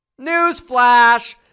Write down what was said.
Newsflash